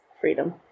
freedom